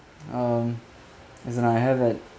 um yes and I have at